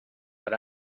but